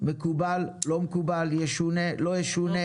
מקובל/ לא מקובל, ישונה/ לא ישונה.